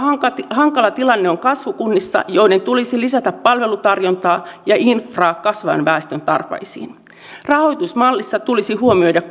hankala tilanne on kasvukunnissa joiden tulisi lisätä palvelutarjontaa ja infraa kasvavan väestön tarpeisiin rahoitusmallissa tulisi huomioida